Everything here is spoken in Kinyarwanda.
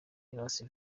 las